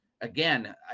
again